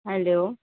hello